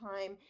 time